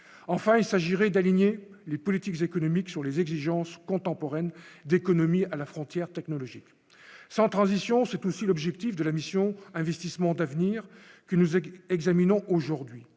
enfin, il s'agirait d'aligner les politiques économiques sur les exigences contemporaines d'économie à la frontière technologique sans transition, c'est aussi l'objectif de la mission investissements d'avenir que nous et qui examinons aujourd'hui